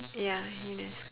ya UNESCO